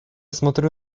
смотрю